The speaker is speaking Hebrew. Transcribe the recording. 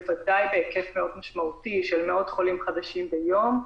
בוודאי בהיקף משמעותי של מאות חולים חדשים ביום,